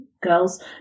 girls